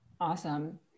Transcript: Awesome